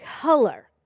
color